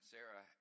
Sarah